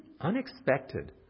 unexpected